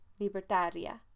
libertaria